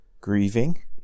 grieving